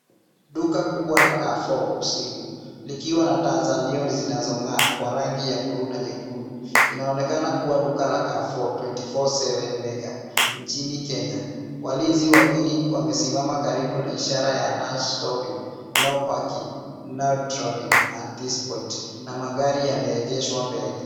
Duka kubwa la Carrefour usiku likiwa na taa za neon zinazong'aa kwa rangi ya buluu na nyekundu. Inaonekana kuwa duka la Carrefour 24/7 Mega nchini Kenya. Walinzi wawili wamesimama karibu na ishara ya No Stopping No Parking No dropping at this point . Na magari yameegeshwa mbele.